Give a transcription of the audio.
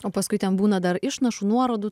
o paskui ten būna dar išnašų nuorodų